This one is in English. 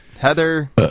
Heather